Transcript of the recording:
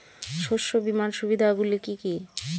শস্য বিমার সুবিধাগুলি কি কি?